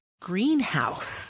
greenhouse